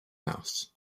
mouse